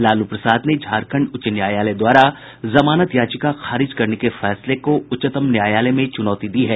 लालू प्रसाद ने झारखंड उच्च न्यायालय द्वारा जमानत याचिका खारिज करने के फैसले को उच्चतम न्यायालय में चुनौती दी है